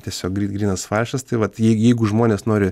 tiesiog grynas faršas tai vat jei jeigu žmonės nori